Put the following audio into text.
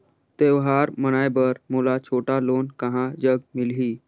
त्योहार मनाए बर मोला छोटा लोन कहां जग मिलही?